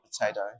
potato